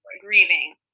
grieving